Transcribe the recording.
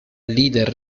leader